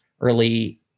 early